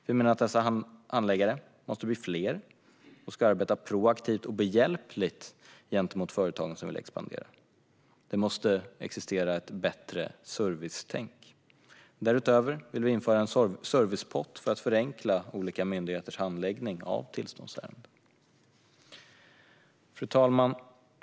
Vi menar att dessa handläggare måste bli fler, och de ska arbeta proaktivt och behjälpligt gentemot företag som vill expandera. Det måste existera ett bättre servicetänk. Därutöver vill vi införa en servicepott för att förenkla olika myndigheters handläggning av tillståndsärenden. Fru talman!